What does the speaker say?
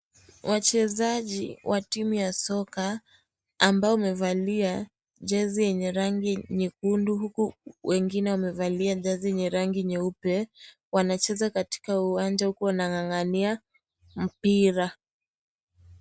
Wachezaji wa timu ya soka, ambao wamevalia jezi yenye rangi nyekundu, huku wengine wamevalia jezi yenye rangi nyeupe, wanacheza katika uwanja, huku wanang'ang'ania mpira.